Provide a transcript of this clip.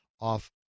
off